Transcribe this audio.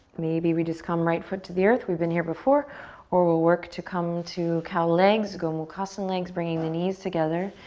maybe we just come right foot to the earth. we've been here before or we'll work to come to cow legs, gomukhsan legs, bringing the knees together.